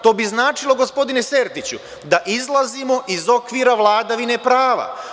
To bi značilo, gospodine Sertiću, da izlazimo iz okvira vladavine prava.